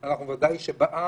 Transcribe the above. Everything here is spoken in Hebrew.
אנחנו בוודאי שבעד,